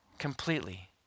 completely